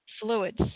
fluids